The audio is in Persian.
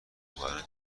پایان